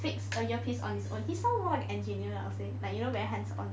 fixed a ear piece on his own he's sort of like an engineer I would say like you know very hands on